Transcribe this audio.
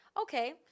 Okay